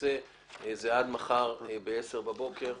עד מחר ב-10:00 בבוקר.